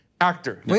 Actor